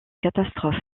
catastrophe